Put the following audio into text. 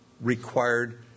required